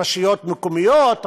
רשויות מקומיות,